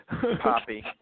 Poppy